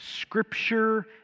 scripture